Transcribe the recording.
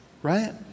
right